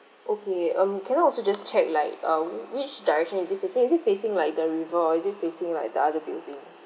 okay um can I also just check like uh which direction is it facing is it facing like the river or is it facing like the other buildings